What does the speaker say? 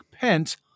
Pence